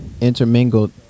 intermingled